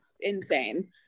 insane